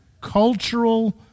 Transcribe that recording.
Cultural